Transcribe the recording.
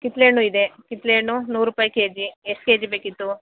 ಕಿತ್ಳೆ ಹಣ್ಣು ಇದೆ ಕಿತ್ಳೆ ಹಣ್ಣು ನೂರು ರೂಪಾಯಿ ಕೆಜಿ ಎಷ್ಟು ಕೆಜಿ ಬೇಕಿತ್ತು